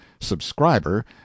subscriber